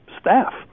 staff